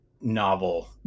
novel